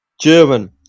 German